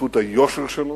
בזכות היושר שלו,